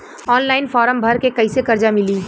Online form भर के कैसे कर्जा मिली?